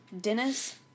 Dennis